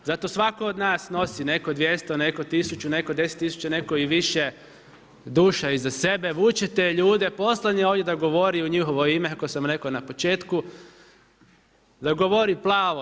Zato svatko od nas nosi, netko 200, netko 1000, netko 10000, netko i više duša iza sebe, vučete ljude, poslani ovdje da govori u njihovo ime kako sam rekao na početku, da govori plavo.